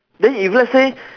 then if let's say